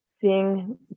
seeing